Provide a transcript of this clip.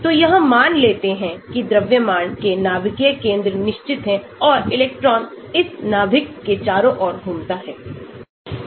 तो यह मान लेता है कि द्रव्यमान के नाभिकीय केंद्र निश्चित हैं और इलेक्ट्रॉन इस नाभिक के चारों ओर घूमते हैं